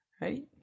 right